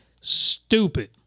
stupid